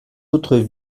autres